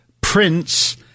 Prince